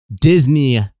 Disney